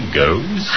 goes